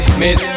miss